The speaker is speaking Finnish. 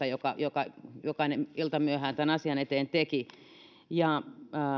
jota jokainen iltamyöhään tämän asian eteen teki